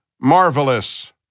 marvelous